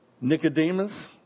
Nicodemus